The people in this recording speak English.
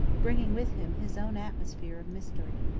bringing with him his own atmosphere of mystery.